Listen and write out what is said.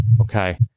okay